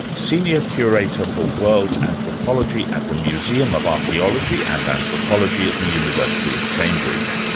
senior curator for world anthropology at the museum of archaeology and anthropology at the university of cambridge.